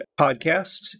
podcast